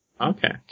Okay